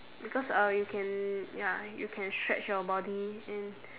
because uh you can ya you can stretch your body and